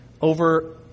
over